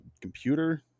computer